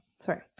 sorry